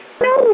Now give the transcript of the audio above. No